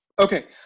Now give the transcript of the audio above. Okay